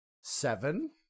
Seven